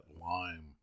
lime